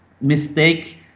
mistake